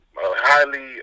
highly